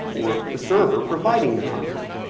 or the server providing the content.